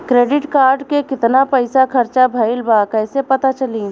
Credit card के कितना पइसा खर्चा भईल बा कैसे पता चली?